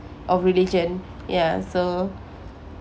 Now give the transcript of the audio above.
or religion ya so